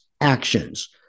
actions